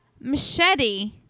machete